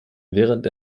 während